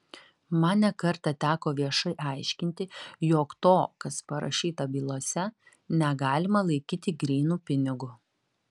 man ne kartą teko viešai aiškinti jog to kas parašyta bylose negalima laikyti grynu pinigu